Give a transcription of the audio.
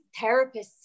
therapists